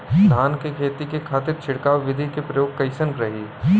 धान के खेती के खातीर छिड़काव विधी के प्रयोग कइसन रही?